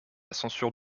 censure